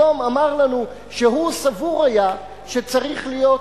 היום אמר לנו שהוא סבור היה שצריך להיות